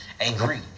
agree